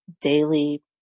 daily